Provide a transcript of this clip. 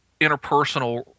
interpersonal